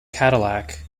cadillac